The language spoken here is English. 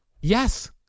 Yes